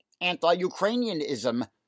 anti-Ukrainianism